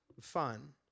fun